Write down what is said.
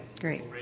great